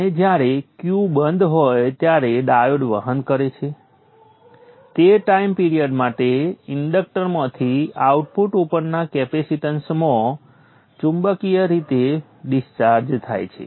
અને જ્યારે Q બંધ હોય ત્યારે ડાયોડ વહન કરે છે તે ટાઈમ પિરિયડ માટે ઇન્ડક્ટરમાંથી આઉટપુટ ઉપરના કેપેસીટન્સમાં ચુંબકીય રીતે ડિસ્ચાર્જ થાય છે